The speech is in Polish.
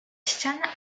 ściana